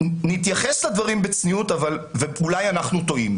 נתייחס לדברים בצניעות ואולי אנחנו טועים.